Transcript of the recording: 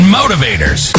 motivators